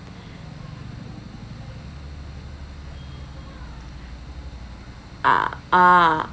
ah ah